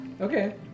Okay